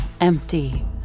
empty